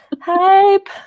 Hype